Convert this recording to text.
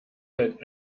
fällt